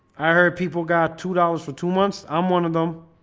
i heard people got two dollars for two months. i'm one of them